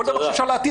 כל דבר שאפשר להתיר,